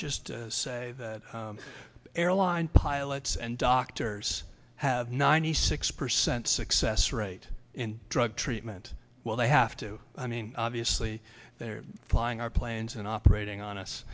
just say that airline pilots and doctors have ninety six percent success rate in drug treatment well they have to i mean obviously they're flying our planes and operating on us